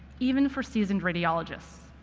even for seasoned radiologists,